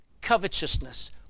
covetousness